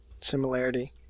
similarity